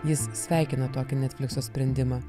jis sveikina tokį netflikso sprendimą